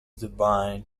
divine